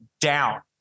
down